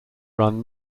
run